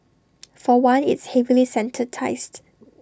for one it's heavily sanitised